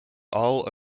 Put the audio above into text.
all